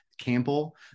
Campbell